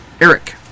Eric